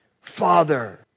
father